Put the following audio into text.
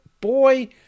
boy